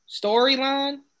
storyline